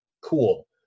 cool